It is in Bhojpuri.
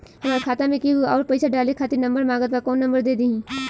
हमार खाता मे केहु आउर पैसा डाले खातिर नंबर मांगत् बा कौन नंबर दे दिही?